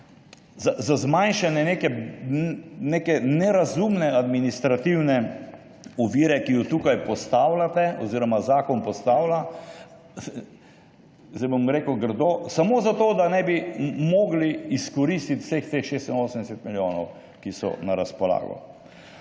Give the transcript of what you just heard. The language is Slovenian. za zmanjšanje neke nerazumne administrativne ovire, ki jo tukaj postavljate oziroma postavlja zakon, zdaj bom rekel grdo, samo zato da ne bi mogli izkoristiti vseh teh 86 milijonov, ki so na razpolago.